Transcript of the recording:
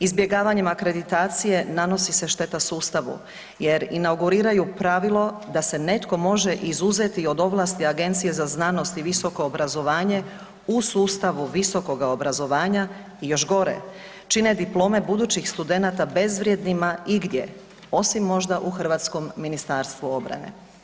Izbjegavanjem akreditacije nanosi se šteta sustavu jer inauguriraju pravilo da se netko može izuzeti od ovlasti Agencije za znanost i visoko obrazovanje u sustavu visokoga obrazovanja i još gore, čine diplome budućih studenata bezvrijednima igdje, osim možda u hrvatskom Ministarstvu obrane.